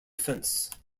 offense